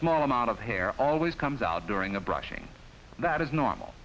small amount of hair always comes out during a brushing that is normal